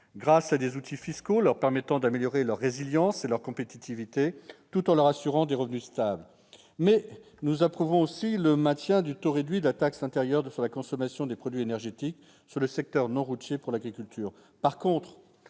grâce à des outils fiscaux leur permettant d'améliorer leur résilience et leur compétitivité, tout en leur assurant des revenus stables. Nous approuvons aussi le maintien du taux réduit de la taxe intérieure sur la consommation des produits énergétiques sur le secteur non routier pour l'agriculture.